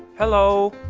hello!